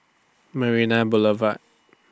Marina Boulevard